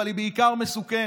אבל היא בעיקר מסוכנת,